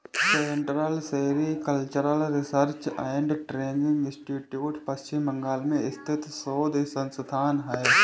central sericultural research and training institute Paschim Bangal में स्थित शोध संस्थान है